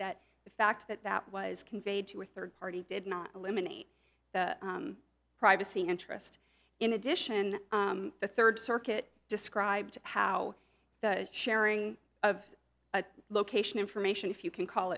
the fact that that was conveyed to a third party did not eliminate the privacy interest in addition the third circuit described how the sharing of location information if you can call